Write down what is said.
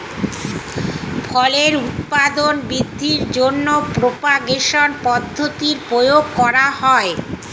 ফলের উৎপাদন বৃদ্ধির জন্য প্রপাগেশন পদ্ধতির প্রয়োগ করা হয়